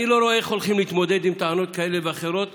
אני לא רואה איך הולכים להתמודד עם טענות כאלה ואחרות,